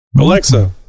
Alexa